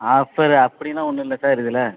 ஆ sir அப்படில்லாம் ஒன்றும் இல்லை சார் இதில்